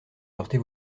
heurter